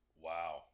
Wow